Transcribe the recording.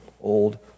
old